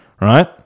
right